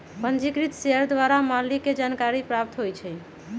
पंजीकृत शेयर द्वारा मालिक के जानकारी प्राप्त होइ छइ